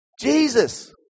Jesus